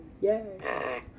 Yay